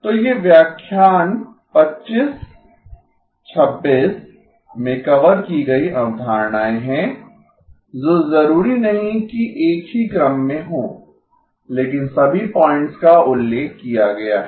तो ये व्याख्यान 25 26 में कवर की गयी अवधारणाएं हैं जो जरूरी नहीं कि एक ही क्रम में हों लेकिन सभी पॉइंट्स का उल्लेख किया गया है